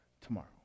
tomorrow